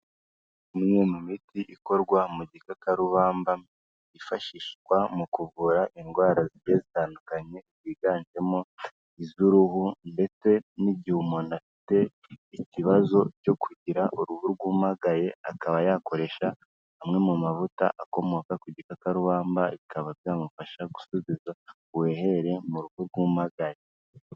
Imwe mu miti ikorwa mu gikakarubamba yifashishwa mu kuvura indwara zigiye zitandukanye, ziganjemo iz'uruhu ndetse n'igihe umuntu afite ikibazo cyo kugira uruhu rwumagaye, akaba yakoresha amwe mu mavuta akomoka ku gitakarubamba bikaba byamufasha gusubiza ubuhehere uruhu rwumagaye.